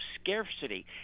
scarcity